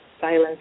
silence